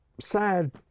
sad